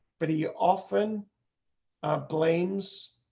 but he often blaine's